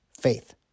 Faith